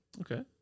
Okay